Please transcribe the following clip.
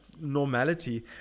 normality